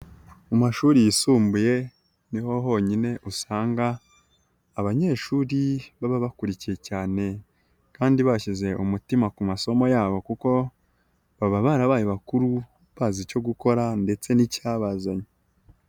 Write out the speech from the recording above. Mu mashuri yisumbuye ni ho honyine usanga abanyeshuri baba bakurikiye cyane kandi bashyize umutima ku masomo yabo kuko baba barabaye bakuru bazi icyo gukora ndetse n'icyabazanye.